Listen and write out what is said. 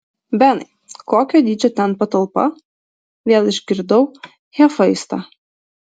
benai kokio dydžio ten patalpa vėl išgirdau hefaistą